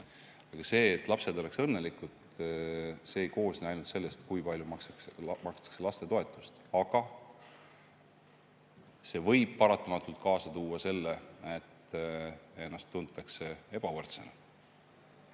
See, et lapsed oleksid õnnelikud, ei koosne ainult sellest, kui palju makstakse lastetoetust. Aga see võib paratamatult kaasa tuua selle, et ennast tuntakse ebavõrdsena.